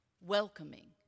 welcoming